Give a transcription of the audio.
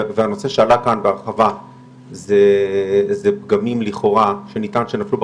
והנושא שעלה כאן בהרחבה זה פגמים לכאורה שנטען שנפלו בחקירה.